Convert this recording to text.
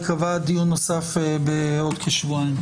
ייקבע דיון נוסף בעוד כשבועיים.